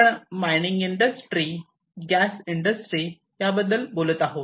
आपण mining industry gas industry याबद्दल बोलत आहोत